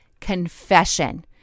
confession